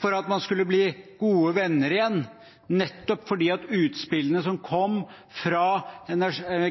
for at man skulle bli gode venner igjen, nettopp fordi utspillene som kom fra